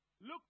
look